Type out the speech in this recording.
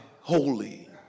Holy